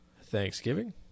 Thanksgiving